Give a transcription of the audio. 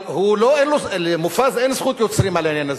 אבל למופז אין זכות יוצרים על העניין הזה,